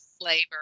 flavor